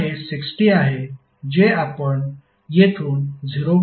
तर ω हे 60 आहे जे आपण येथून 0